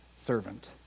servant